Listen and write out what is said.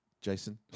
Jason